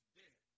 dead